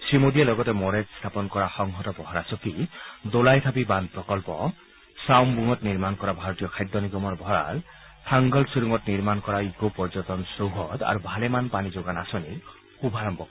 শ্ৰীমোডীয়ে লগতে মৰেত স্থাপন কৰা সংহত পহৰাচকী দোলাইথাবি বান্দপ্ৰকল্প ছাওমবুঙত নিৰ্মাণ কৰা ভাৰতীয় খাদ্য নিগমৰ ভঁৰাল থাংগল চুৰুঙত নিৰ্মাণ কৰা ইকো পৰ্যটন চৌহদ আৰু ভালেমান পানী যোগান আঁচনিৰ শুভাৰম্ভ কৰিব